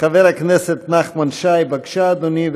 חבר הכנסת נחמן שי, בבקשה, אדוני.